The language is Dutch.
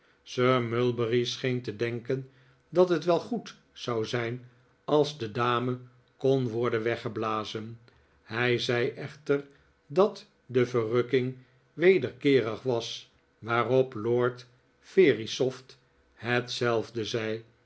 sir mulberry scheen te denken dat het wel goed zou zijn als de dame kon worden weggeblazen hij zei echter dat de verrukking wederkeerig was waarop lord verisopht hetzelfde zei